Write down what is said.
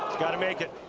got to make it.